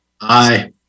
Aye